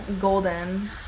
golden